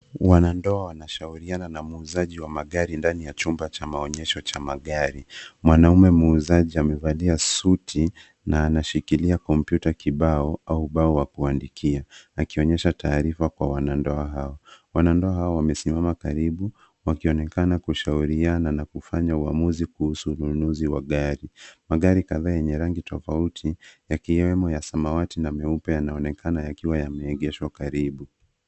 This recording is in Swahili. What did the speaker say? Wanandoa wanashauriana na muuzaji ndani ya chumba cha maonyesho cha magari. Mwanaume muuzaji amevalia suti, na anashikilia kompyuta kibao au ubao wa kuandikia, akionyesha taarifa kwa wanandoa hao. Wanandoa hao wamesimama karibu wakionekana kushauriana na kufanya uamuzi kuhusu ununuzi wa gari. Magari kadhaa yenye rangi tofauti, yakiwemo ya samawati na meupe yanaonekana yakiwa yameegeshwa karibu.